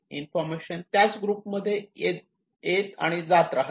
information त्याच group मध्ये येत आणि जात राहते